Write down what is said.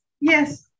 Yes